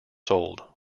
sold